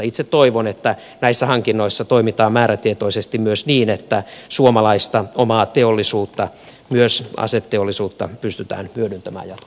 itse toivon että näissä hankinnoissa toimitaan määrätietoisesti myös niin että suomalaista omaa teollisuutta myös aseteollisuutta pystytään hyödyntämään